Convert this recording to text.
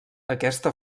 aquesta